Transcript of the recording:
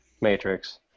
Matrix